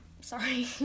Sorry